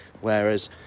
Whereas